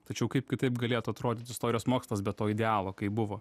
tačiau kaip kitaip galėtų atrodyti istorijos mokslas bet to idealo kaip buvo